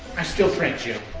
i still pranked you,